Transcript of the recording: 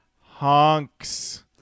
Honks